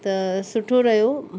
त सुठो रहियो